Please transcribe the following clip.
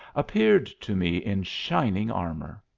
appeared to me in shining armour.